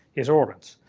his organs.